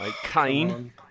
Kane